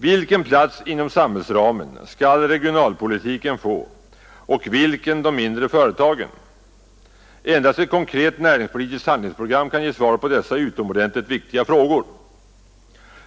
Vilken plats inom samhällsramen skall regionalpolitiken få och vilken skall de mindre företagen få? Endast ett konkret näringspolitiskt handlingsprogram kan ge svar på dessa utomordentligt viktiga frågor.